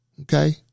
okay